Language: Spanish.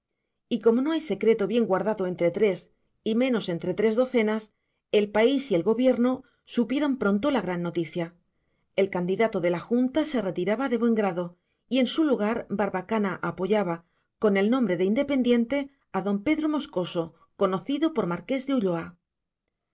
y como no hay secreto bien guardado entre tres y menos entre tres docenas el país y el gobierno supieron pronto la gran noticia el candidato de la junta se retiraba de buen grado y en su lugar barbacana apoyaba con el nombre de independiente a don pedro moscoso conocido por marqués de ulloa